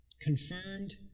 Confirmed